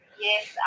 Yes